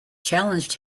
challenged